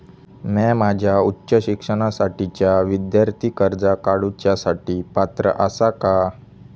म्या माझ्या उच्च शिक्षणासाठीच्या विद्यार्थी कर्जा काडुच्या साठी पात्र आसा का?